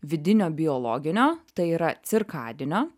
vidinio biologinio tai yra cirkadinio